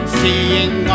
seeing